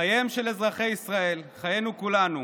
חייהם של אזרחי ישראל, חיינו כולנו,